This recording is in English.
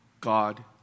God